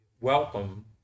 welcome